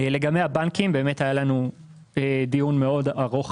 לגבי הבנקים היה לנו דיון מאוד ארוך